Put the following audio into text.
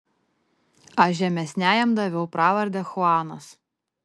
aš žemesniajam daviau pravardę chuanas